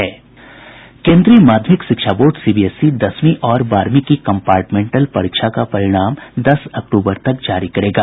केंद्रीय माध्यमिक शिक्षा बोर्ड सीबीएसई दसवीं और बारहवीं की कम्पार्टमेंट परीक्षा का परिणाम दस अक्टूबर तक जारी करेगा